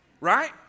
Right